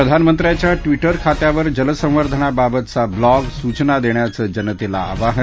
प्रधानमंत्र्यांच्या ट्विटर खात्यावर जलसंवर्धनबाबतचा ब्लॉग सूचना दष्खाचं जनतली आवाहन